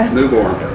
newborn